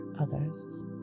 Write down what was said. others